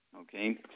okay